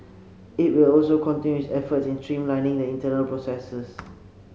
it will also continue its efforts in streamlining the internal processes